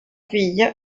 figlia